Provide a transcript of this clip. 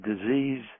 disease